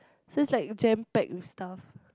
so is like jam packed with stuff